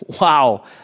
wow